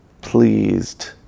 pleased